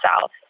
South